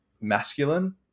masculine